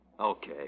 Okay